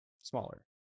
smaller